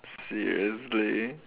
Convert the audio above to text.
seriously